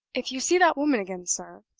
if you see that woman again, sir,